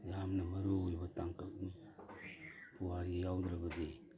ꯌꯥꯝꯅ ꯃꯔꯨ ꯑꯣꯏꯕ ꯇꯥꯡꯀꯛꯅꯤ ꯄꯨꯋꯥꯔꯤ ꯌꯥꯎꯗ꯭ꯔꯕꯗꯤ